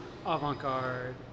avant-garde